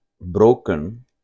broken